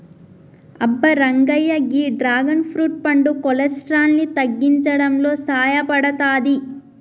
అబ్బ రంగయ్య గీ dragon fruit పండు కొలెస్ట్రాల్ ని తగ్గించడంలో సాయపడతాది